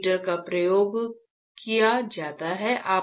heater का प्रयोग किया जाता है